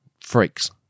Freaks